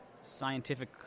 scientific